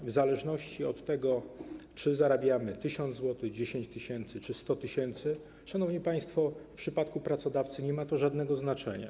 Niezależnie od tego, czy zarabiamy 1 tys. zł, 10 tys. czy 100 tys., szanowni państwo, w przypadku pracodawcy nie ma to żadnego znaczenia.